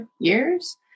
years